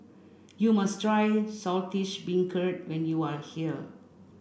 you must try Saltish Beancurd when you are here